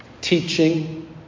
teaching